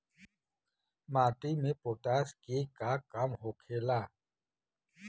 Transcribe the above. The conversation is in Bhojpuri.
माटी में पोटाश के का काम होखेला?